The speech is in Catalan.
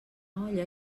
olla